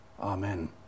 Amen